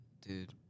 Dude